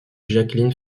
jacqueline